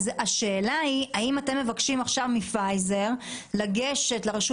השאלה היא האם אתם מבקשים עכשיו מפייזר לגשת לרשות